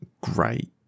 great